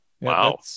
wow